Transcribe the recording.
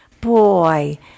boy